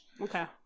okay